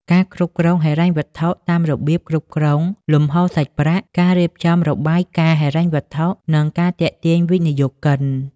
ការគ្រប់គ្រងហិរញ្ញវត្ថុតាមរបៀបគ្រប់គ្រងលំហូរសាច់ប្រាក់ ការរៀបចំរបាយការណ៍ហិរញ្ញវត្ថុ និងការទាក់ទាញវិនិយោគិន ។